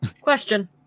Question